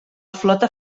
flota